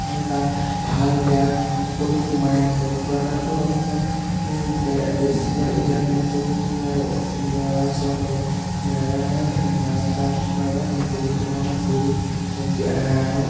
তাত ভাল বেয়াৰ সকলো সোমাই আছে প্ৰডাক্টটোত আপোনাৰ বেছিভাগ এতিয়া সৰু ল'ৰা ছোৱালীয়ে নাজানে নাজানি বহুতো ধৰণৰ ভুল